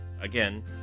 again